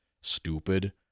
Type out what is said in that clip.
stupid